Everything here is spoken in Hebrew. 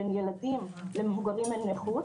בין ילדים למבוגרים עם נכות.